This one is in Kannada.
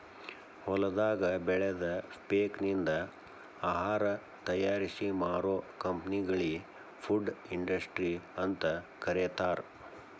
ಹೊಲದಾಗ ಬೆಳದ ಪೇಕನಿಂದ ಆಹಾರ ತಯಾರಿಸಿ ಮಾರೋ ಕಂಪೆನಿಗಳಿ ಫುಡ್ ಇಂಡಸ್ಟ್ರಿ ಅಂತ ಕರೇತಾರ